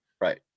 Right